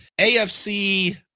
AFC